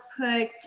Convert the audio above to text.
put